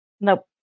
Nope